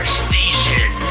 station